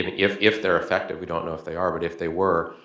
you know if if they're effective, we don't know if they are, but if they were,